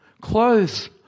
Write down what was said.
Clothes